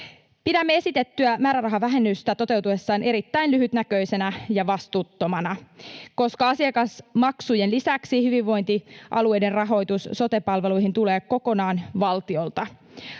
Pidämme esitettyä määrärahavähennystä toteutuessaan erittäin lyhytnäköisenä ja vastuuttomana. Koska asiakasmaksujen lisäksi hyvinvointialueiden rahoitus sote-palveluihin tulee kokonaan valtiolta,